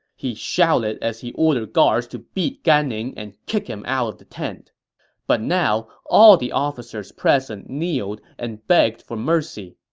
he shouted as he ordered guards to beat gan ning and kick him out of the tent but now, all the officers present kneeled and begged for mercy.